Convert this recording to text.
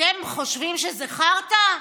אתם חושבים שזה חרטא?